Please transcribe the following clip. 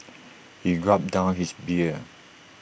he gulped down his beer